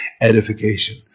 edification